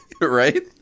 Right